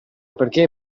perché